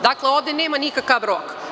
Dakle, ovde nema nikakav rok.